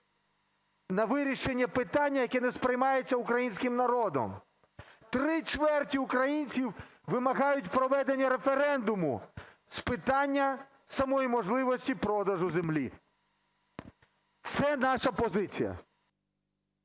на вирішення питання, яке не сприймається українським народом. Три чверті українців вимагають проведення референдуму з питання самої можливості продажу землі. Це наша позиція.